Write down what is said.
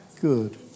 good